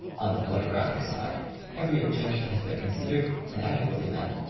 on the photo graphic side every objection has been consid ered and adequately met.